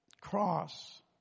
cross